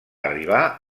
arribar